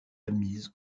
admise